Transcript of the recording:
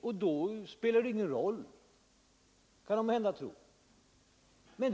Då spelar den ingen roll, tror måhända människorna.